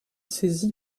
saisi